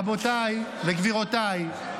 רבותיי וגבירותיי,